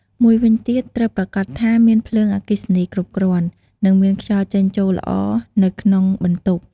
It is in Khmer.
មួយវិញទៀត ត្រូវប្រាកដថាមានភ្លើងអគ្គិសនីគ្រប់គ្រាន់ និងមានខ្យល់ចេញចូលល្អនៅក្នុងបន្ទប់។